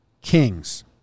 kings